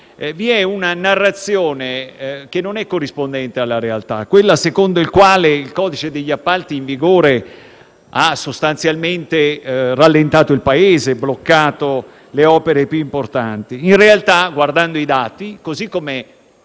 Vi è una narrazione che non è corrispondente alla realtà. C'è chi sostiene che il codice degli appalti in vigore ha sostanzialmente rallentato il Paese e bloccato le opere più importanti. In realtà, guardando i dati, così come